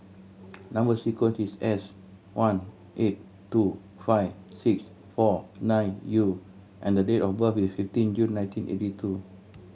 number sequence is S one eight two five six four nine U and date of birth is fifteen June nineteen eighty two